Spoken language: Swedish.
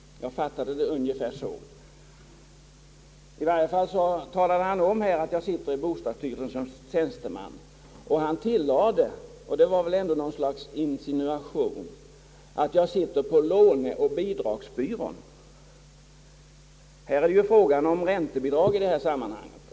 Jag fattade det ungefär så. I varje fall talade han om att jag sitter i byggnadsstyrelsen som tjänsteman, och han tillade — det var väl ett slags insinuation — att jag sitter på låneoch bidragsbyrån. Det är ju fråga om räntebidrag i detta sammanhang.